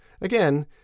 again